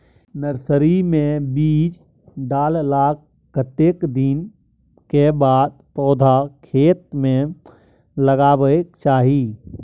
Nursery मे बीज डाललाक कतेक दिन के बाद पौधा खेत मे लगाबैक चाही?